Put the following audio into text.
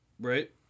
Right